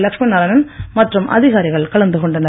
லக்ஷ்மி நாராயணன் மற்றும் அதிகாரிகள் கலந்து கொண்டனர்